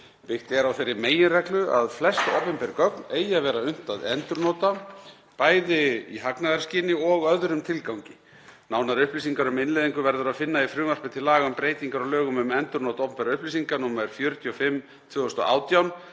Byggt er á þeirri meginreglu að flest opinber gögn eigi að vera unnt að endurnota, bæði í hagnaðarskyni og öðrum tilgangi. Nánari upplýsingar um innleiðingu verður að finna í frumvarpi til laga um breytingu á lögum um endurnot opinberra upplýsinga, nr. 45/2018,